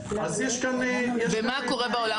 אז יש כאן --- אז מה קורה בעולם?